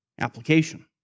application